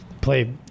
play